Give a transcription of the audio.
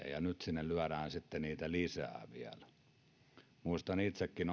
ja nyt sinne lyödään sitten niitä lisää vielä muistan itsekin